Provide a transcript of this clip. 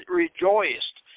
rejoiced